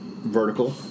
vertical